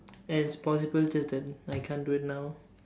and it's possible just that I can't do it now